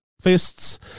fists